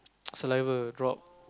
saliva drop